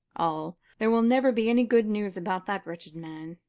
all! there will never be any good news about that wretched man.